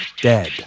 Dead